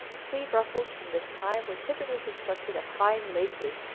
sleeve ruffles from this time were typically constructed of fine laces,